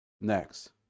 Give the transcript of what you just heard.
next